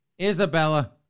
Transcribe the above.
Isabella